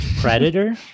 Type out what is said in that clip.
predator